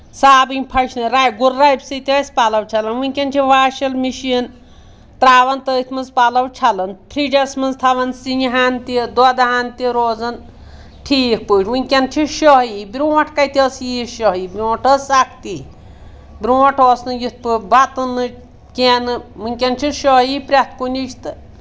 سابٕنۍ پھش تہِ ربہِ سۭتۍ ٲسۍ پَلَو چھَلان وٕنکؠن چھِ واشنٛگ مِشیٖن ترٛاوَان تٔتھۍ منٛز پَلَو چھَلان فرجَس منٛز تھاوَان سِنہِ ہَن تہِ دۄدٕہَن تہِ روزَان ٹھیٖک پٲٹھۍ وٕنکؠن چھُ شٲہی برونٛٹھ کَتہِ ٲس یٖژ شٲہی برونٛٹھ ٲس سختی برونٛٹھ اوس نہٕ یِتھ پٲٹھۍ بَتہٕ نہٕ کینٛہہ نہٕ وٕنکؠن چھِ شٲہہِ پرٛؠتھ کُنِچ تہٕ